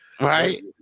Right